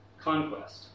conquest